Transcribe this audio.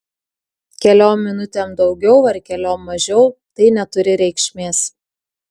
keliom minutėm daugiau ar keliom mažiau tai neturi reikšmės